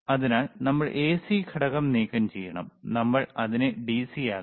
അതിനാൽ നമ്മൾ എസി ഘടകം നീക്കംചെയ്യണം നമ്മൾ അതിനെ ഡിസി ആക്കണം